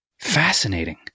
Fascinating